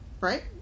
right